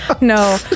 No